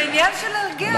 זהו, זה עניין של הרגל.